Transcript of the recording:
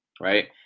right